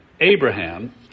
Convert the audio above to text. Abraham